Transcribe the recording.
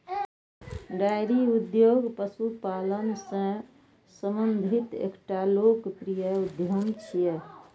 dairy उद्योग पशुपालन सं संबंधित एकटा लोकप्रिय उद्यम छियै